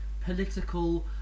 political